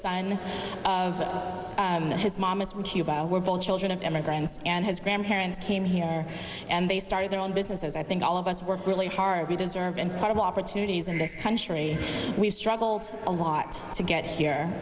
mom we're both children of immigrants and his grandparents came here and they started their own businesses i think all of us work really hard we deserve incredible opportunities in this country we struggled a lot to get here